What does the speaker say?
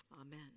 Amen